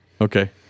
Okay